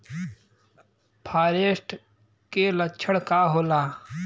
फारेस्ट के लक्षण का होला?